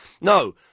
no